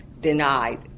denied